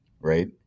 right